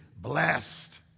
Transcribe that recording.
blessed